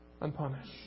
unpunished